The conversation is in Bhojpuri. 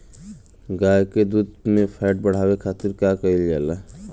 गाय के दूध में फैट बढ़ावे खातिर का कइल जाला?